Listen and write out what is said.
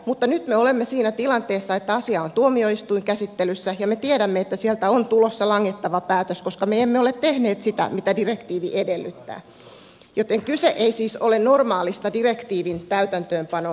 mutta nyt me olemme siinä tilanteessa että asia on tuomioistuinkäsittelyssä ja me tiedämme että sieltä on tulossa langettava päätös koska me emme ole tehneet sitä mitä direktiivi edellyttää joten kyse ei siis ole normaalista direktiivin täytäntöönpanotilanteesta